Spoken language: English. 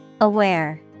Aware